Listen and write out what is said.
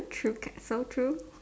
true that's so true